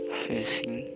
facing